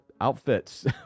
outfits